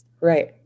Right